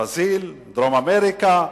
ברזיל, בדרום-אמריקה,